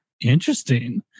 Interesting